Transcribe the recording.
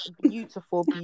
beautiful